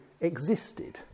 existed